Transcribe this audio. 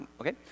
okay